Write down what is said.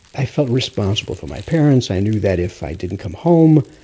i felt responsible for my parents, i knew that if i didn't come home,